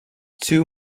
two